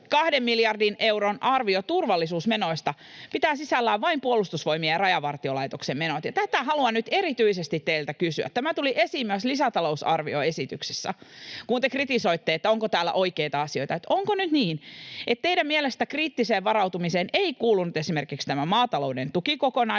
miljardin euron arvio turvallisuusmenoista pitää sisällään vain Puolustusvoimien ja Rajavartiolaitoksen menot. Ja tätä haluan nyt teiltä erityisesti kysyä — tämä tuli esiin myös lisätalousarvioesityksessä, kun te kritisoitte, että onko täällä oikeita asioita: onko nyt niin, että teidän mielestänne kriittiseen varautumiseen ei kuulunut esimerkiksi tämä maatalouden tukikokonaisuus